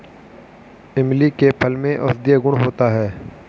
इमली के फल में औषधीय गुण होता है